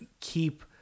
keep